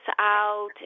out